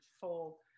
full